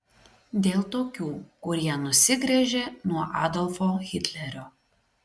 dėl tokių kurie nusigręžė nuo adolfo hitlerio